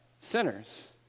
sinners